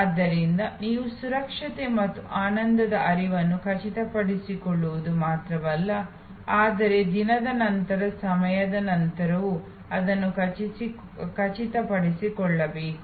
ಆದ್ದರಿಂದ ನೀವು ಸುರಕ್ಷತೆ ಮತ್ತು ಆನಂದದ ಹರಿವನ್ನು ಖಚಿತಪಡಿಸಿಕೊಳ್ಳುವುದು ಮಾತ್ರವಲ್ಲ ಆದರೆ ದಿನದ ನಂತರ ಸಮಯದ ನಂತರವೂ ಅದನ್ನು ಖಚಿತಪಡಿಸಿಕೊಳ್ಳಬೇಕು